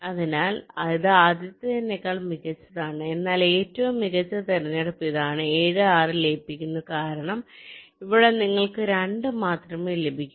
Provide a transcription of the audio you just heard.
അതിനാൽ ഇത് ആദ്യത്തേതിനേക്കാൾ മികച്ചതാണ് എന്നാൽ ഏറ്റവും മികച്ച തിരഞ്ഞെടുപ്പ് ഇതാണ് 7 6 ലയിപ്പിക്കുന്നു കാരണം ഇവിടെ നിങ്ങൾക്ക് 2 മാത്രമേ ലഭിക്കൂ